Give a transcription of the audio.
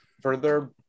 further